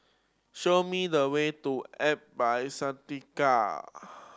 show me the way to By Santika